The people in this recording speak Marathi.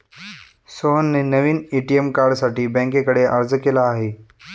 सोहनने नवीन ए.टी.एम कार्डसाठी बँकेकडे अर्ज केला आहे